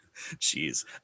Jeez